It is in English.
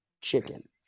chicken